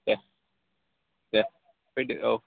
देह देह फैदो औ